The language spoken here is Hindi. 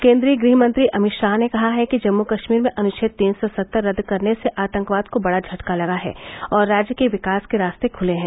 केन्द्रीय गृहमंत्री अमित शाह ने कहा है कि जम्मू कश्मीर में अनुच्छेद तीन सौ सत्तर रद्द करने से आतंकवाद को बड़ा झटका लगा है और राज्य के विकास के रास्ते खुले हैं